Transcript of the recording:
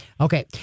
okay